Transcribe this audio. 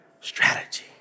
strategy